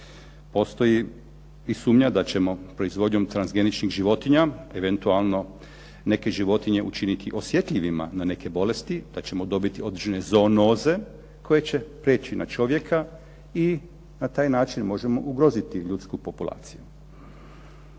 Postoji i sumnja da ćemo proizvodnjom transgeničnih životinje, eventualno neke životinje učiniti osjetljivima na neke bolesti, da ćemo dobiti određene zoonoze koje će prijeći na čovjeka i na taj način možemo ugroziti ljudsku populaciju.